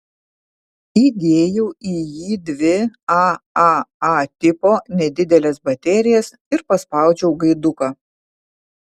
įdėjau į jį dvi aaa tipo nedideles baterijas ir paspaudžiau gaiduką